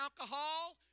alcohol